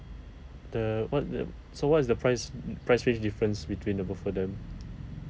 the what the so what is the price price range difference between the both of them